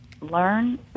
learn